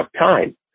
time